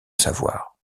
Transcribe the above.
savoir